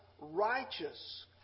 righteous